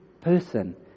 person